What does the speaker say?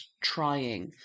trying